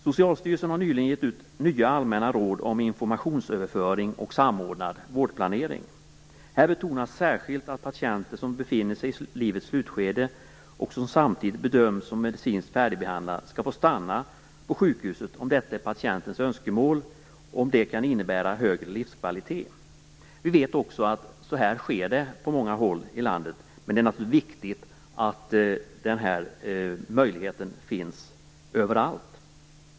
Socialstyrelsen har nyligen gett ut nya allmänna råd om informationsöverföring och samordnad vårdplanering. Här betonas särskilt att patienter som befinner sig i livets slutskede och som samtidigt bedöms som medicinskt färdigbehandlade skall få stanna på sjukhuset, om detta är patientens önskemål och om det kan innebära högre livskvalitet. Vi vet också att så sker på många håll i landet, men det är naturligtvis viktigt att denna möjlighet finns överallt.